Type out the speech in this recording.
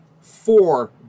four